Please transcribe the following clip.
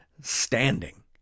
standing